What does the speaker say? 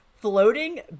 Floating